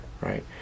right